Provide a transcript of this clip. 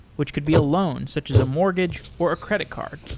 which could be a loan such as a mortgage or a credit card.